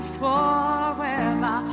forever